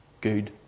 Good